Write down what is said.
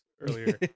earlier